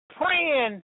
praying